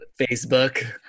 facebook